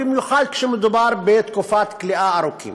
במיוחד כשמדובר בתקופות כליאה ארוכות.